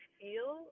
feel